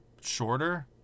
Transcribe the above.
shorter